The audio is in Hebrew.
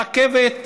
הרכבת,